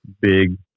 big